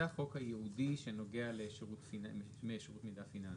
זה החוק הייעודי שנוגע למועד של לפני שירות מידע פיננסי.